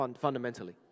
fundamentally